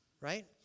right